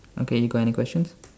okay you got any questions